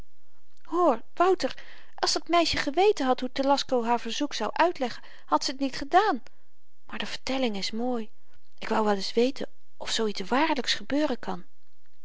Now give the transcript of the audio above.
hoor wouter als dat meisje geweten had hoe telasco haar verzoek zou uitleggen had ze t niet gedaan maar de vertelling is mooi ik wou wel eens weten of zoo iets waarlyk gebeuren kan